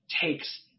takes